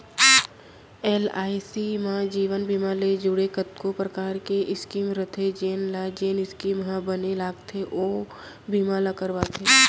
LIC म जीवन बीमा ले जुड़े कतको परकार के स्कीम रथे जेन ल जेन स्कीम ह बने लागथे ओ बीमा ल करवाथे